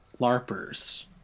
LARPers